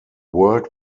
world